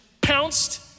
pounced